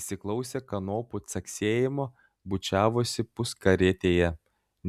įsiklausę kanopų caksėjimo bučiavosi puskarietėje